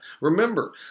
Remember